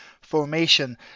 formation